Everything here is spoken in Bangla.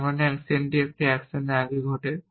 যার মানে এই অ্যাকশনটি এই অ্যাকশনের আগে ঘটে